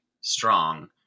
strong